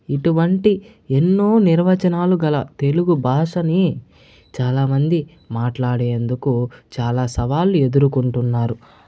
ఇటువంటి ఎన్నో నిర్వచనాలు గల తెలుగు భాషని చాలామంది మాట్లాడేందుకు చాలా సవాళ్ళు ఎదుర్కొంటున్నారు